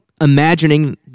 imagining